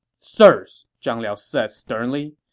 sirs, zhang liao said sternly,